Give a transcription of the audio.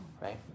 right